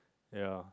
ya